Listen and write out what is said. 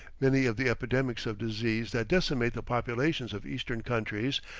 many of the epidemics of disease that decimate the populations of eastern countries,